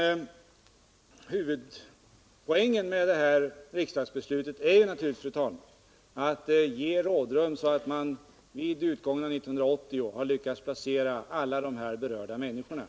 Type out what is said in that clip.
Men poängen med riksdagsbeslutet är naturligtvis, fru talman, att ge rådrum, så att man vid utgången av 1980 har hunnit placera alla de berörda människorna.